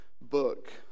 book